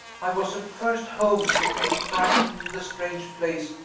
i was at first home-sick and frightened in the strange place,